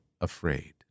afraid